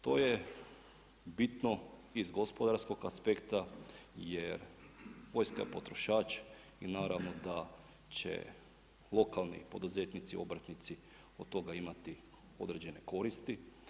To je bitno iz gospodarskog aspekta, jer Poljka je potrošač i naravno da će lokalni poduzetnici, obrtnici od toga imati određene koristi.